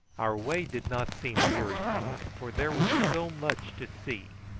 our way did not seem wearisome, for there was so much to see,